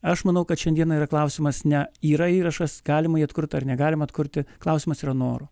aš manau kad šiandieną yra klausimas ne yra įrašas galima jį atkurti ar negalima jį atkurti klausimas yra noro